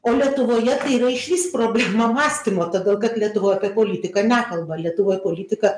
o lietuvoje tai yra išvis problema mąstymo todėl kad lietuvoj apie politiką nekalba lietuvoj politika